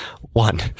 One